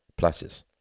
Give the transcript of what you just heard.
Pluses